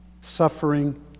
suffering